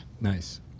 Nice